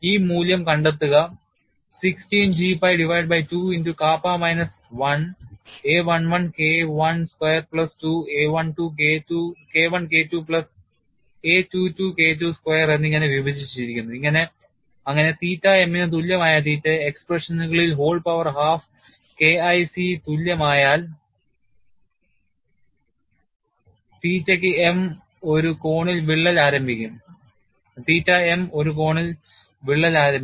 ഈ മൂല്യം കണ്ടെത്തുക16 G pi divided by 2 into kappa minus 1 a11 K I square plus 2 a12 K I K II plus a22 KII square എന്നിങ്ങനെ വിഭജിച്ചിരിക്കുന്നു അങ്ങനെ theta m ന് തുല്യമായ തീറ്റയെ എക്സ്പ്രഷനുകളിൽ whole power half K IC തുല്യമായാൽ തീറ്റ m ഒരു കോണിൽ വിള്ളൽ ആരംഭിക്കും